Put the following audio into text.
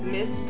Miss